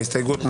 ההסתייגות נפלה.